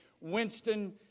Winston